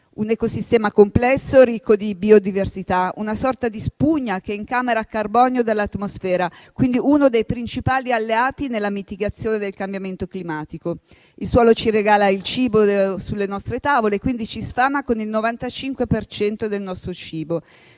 Un ecosistema complesso, ricco di biodiversità, una sorta di spugna che incamera carbonio dall'atmosfera, quindi uno dei principali alleati nella mitigazione del cambiamento climatico. Il suolo ci regala gli alimenti sulle nostre tavole e quindi ci sfama con il 95 per cento del nostro cibo,